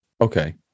Okay